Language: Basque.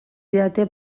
didate